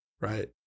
right